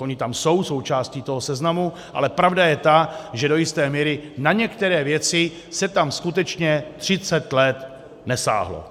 Ona tam jsou součástí toho seznamu, ale pravda je ta, že do jisté míry na některé věci se tam skutečně třicet let nesáhlo.